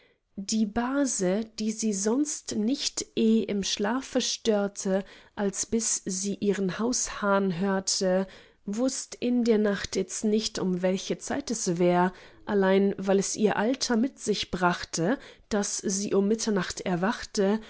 die base die sie sonst nicht eh im schlafe störte als bis sie ihren haushahn hörte wußt in der nacht itzt nicht um welche zeit es wär allein weil es ihr alter mit sich brachte daß sie um mitternacht erwachte